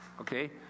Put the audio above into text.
Okay